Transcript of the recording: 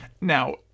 Now